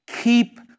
keep